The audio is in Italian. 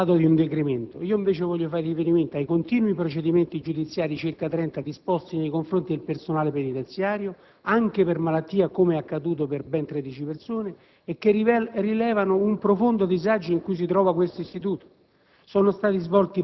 Lei ha riferito di un decremento, io invece voglio fare riferimento ai continui procedimenti giudiziari - circa 30 - disposti nei confronti del personale penitenziario, anche per malattia, come è accaduto per ben 13 persone, e che rilevano un profondo disagio in cui si trova questo istituto.